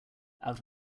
out